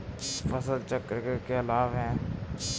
फसल चक्र के क्या लाभ हैं?